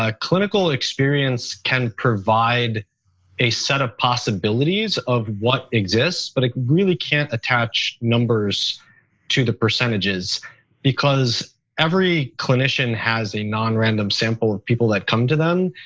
ah clinical experience can provide a set of possibilities of what exists, but it really can't attach numbers to the percentages because every clinician has a non-random sample of people that come to them.